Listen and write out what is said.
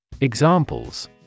Examples